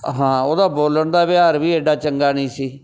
ਹਾਂ ਉਹਦਾ ਬੋਲਣ ਦਾ ਵਿਹਾਰ ਵੀ ਐਡਾ ਚੰਗਾ ਨਹੀਂ ਸੀ